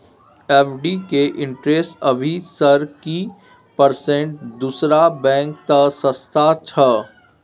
FD के interest अभी sir की परसेंट दूसरा बैंक त सस्ता छः?